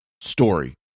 story